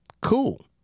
Cool